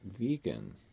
vegan